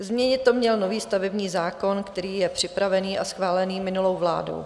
Změnit to měl nový stavební zákon, který je připravený a schválený minulou vládou.